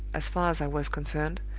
as far as i was concerned,